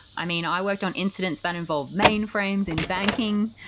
i mean, i worked on incidents that involved mainframes in banking.